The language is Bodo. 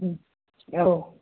औ